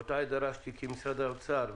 באותה עת דרשתי כי משרדי האוצר,